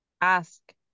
ask